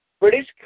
British